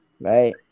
right